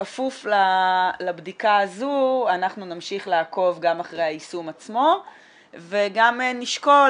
בכפוף לבדיקה הזו אנחנו נמשיך לעקוב גם אחרי היישום עצמו וגם נשקול